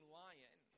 lion